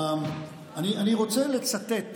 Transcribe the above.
אני רוצה לצטט,